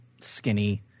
skinny